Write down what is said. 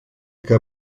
que